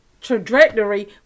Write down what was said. trajectory